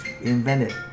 invented